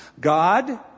God